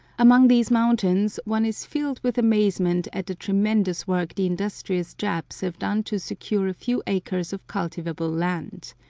among these mountains one is filled with amazement at the tremendous work the industrious japs have done to secure a few acres of cultivable land.